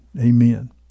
Amen